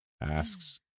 asks